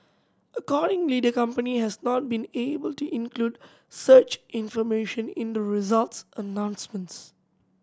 accordingly the company has not been able to include such information in the results announcements